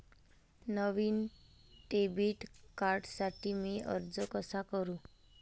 नवीन debit कार्डसाठी मी अर्ज कसा करू?